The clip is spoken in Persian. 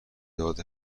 داد